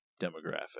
demographic